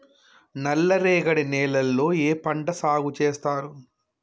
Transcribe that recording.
నల్లరేగడి నేలల్లో ఏ పంట సాగు చేస్తారు?